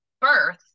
birth